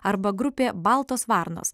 arba grupė baltos varnos